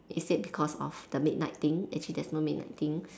is it because of the midnight thing actually there's no midnight thing